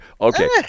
Okay